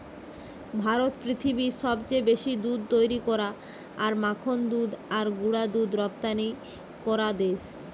ভারত পৃথিবীর সবচেয়ে বেশি দুধ তৈরী করা আর মাখন দুধ আর গুঁড়া দুধ রপ্তানি করা দেশ